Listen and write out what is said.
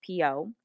PO